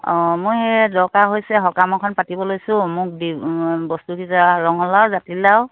অঁ মোৰ এই দৰকাৰ হৈছে সকাম এখন পাতিব লৈছোঁ মোক দি বস্তুগিটা ৰঙলাও জাতিলাও